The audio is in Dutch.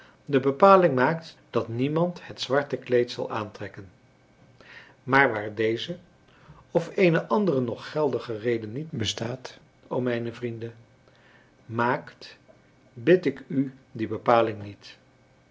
de bepaling maakt dat niemand het zwarte kleed zal aantrekken maar waar deze of eene andere nog geldiger reden niet bestaat o mijne vrienden maakt bid ik u die bepaling niet